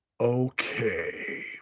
Okay